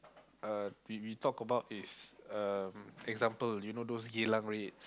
uh we we talk about is um example you know those Geylang raids